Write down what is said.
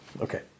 Okay